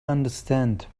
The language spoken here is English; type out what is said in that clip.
understand